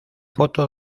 foto